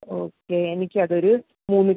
okay എനിക്ക് അതൊരു മൂന്ന്